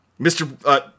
Mr